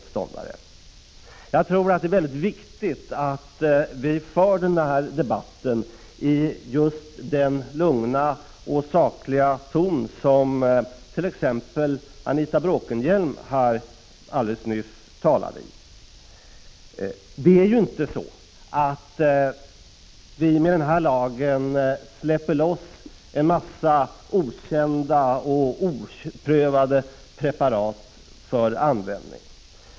Jag tycker det är viktigt att vi för debatten i just det lugna och sakliga tonläge som t.ex. Anita Bråkenhielm alldeles nyss talade i. Det är inte så att vi med den aktuella lagen släpper loss en mängd okända och oprövade preparat för användning.